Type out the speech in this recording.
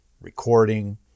recording